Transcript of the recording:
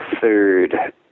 third